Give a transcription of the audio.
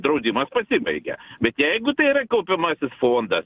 draudimas pasibaigia bet jeigu tai yra kaupiamasis fondas